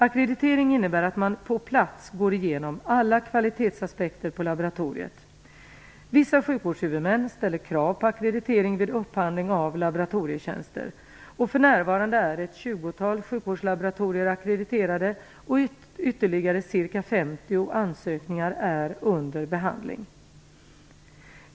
Ackreditering innebär att man på plats går igenom alla kvalitetsaspekter på laboratoriet. Vissa sjukvårdshuvudmän ställer krav på ackreditering vid upphandling av laboratorietjänster. För närvarande är ett tjugotal sjukvårdslaboratorier ackrediterade, och ytterligare ca 50 ansökningar är under behandling.